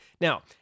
now